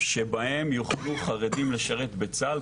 שבהן יוכלו חרדים לשרת בצה"ל,